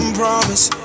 promise